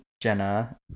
jenna